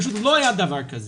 פשוט לא היה דבר כזה.